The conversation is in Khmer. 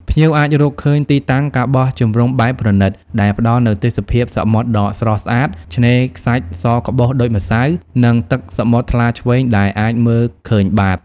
ភ្ញៀវអាចរកឃើញទីតាំង ការបោះជំរំបែបប្រណីត ដែលផ្តល់នូវទេសភាពសមុទ្រដ៏ស្រស់ស្អាត ឆ្នេរខ្សាច់សក្បុសដូចម្សៅ និងទឹកសមុទ្រថ្លាឈ្វេងដែលអាចមើលឃើញបាត។